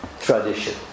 tradition